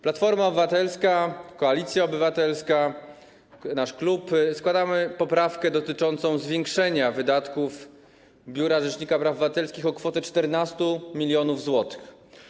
Platforma Obywatelska, Koalicja Obywatelska, nasz klub składa poprawkę dotyczącą zwiększenia wydatków Biura Rzecznika Praw Obywatelskich o kwotę 14 mln zł.